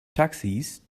taxis